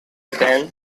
than